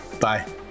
Bye